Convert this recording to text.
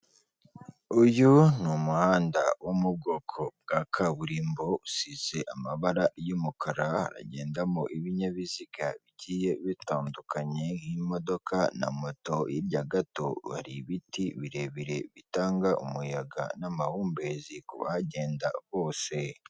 Uyu ni umuhanda wo mu bwoko bwa kaburimbo, usize amabara y'umukara, haragendamo ibinyabiziga bigiye bitandukanye nk'imodoka na moto, hirya gato hari ibiti birebire bitanga umuyaga n'amahumbezi ku bahagenda bose.